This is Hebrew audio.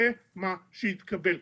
זה מה שיתקבל.